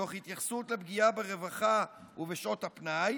תוך התייחסות לפגיעה ברווחה ובשעות הפנאי,